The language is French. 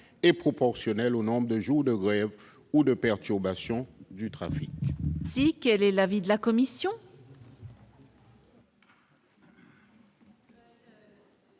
et proportionnels au nombre de jours de grève ou de perturbation du trafic. Quel est l'avis de la commission ?